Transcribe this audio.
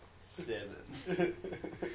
Seven